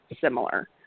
similar